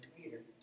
later